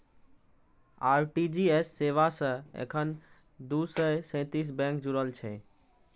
RTGS सेवा सं एखन दू सय सैंतीस बैंक जुड़ल छै